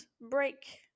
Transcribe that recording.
break